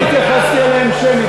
לא התייחסתי אליהם שמית,